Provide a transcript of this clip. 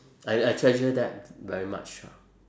I I treasure that very much ah